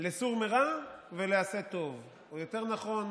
לסור מרע ולעשה טוב, או יותר נכון: